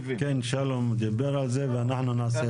כן, שלום דיבר על זה ואנחנו נעשה את זה.